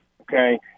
okay